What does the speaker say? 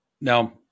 Now